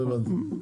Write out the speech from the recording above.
לא הבנתי.